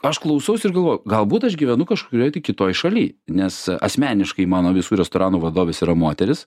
aš klausausi ir galvoju galbūt aš gyvenu kažkurioj tai kitoj šaly nes asmeniškai mano visų restoranų vadovės yra moterys